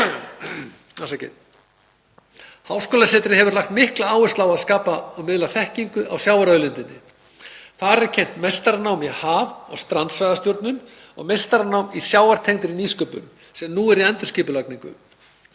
Háskólasetrið hefur ávallt lagt mikla áherslu á að skapa og miðla þekkingu á sjávarauðlindinni og þar er kennt meistaranám í haf- og strandsvæðastjórnun og meistaranám í sjávartengdri nýsköpun, sem nú er í endurskipulagningu.